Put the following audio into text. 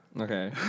okay